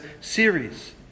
series